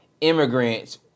immigrants